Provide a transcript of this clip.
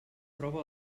troba